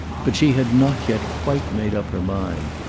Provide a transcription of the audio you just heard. but she had not yet quite made up her mind.